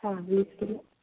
हा वीस किलो